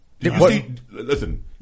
Listen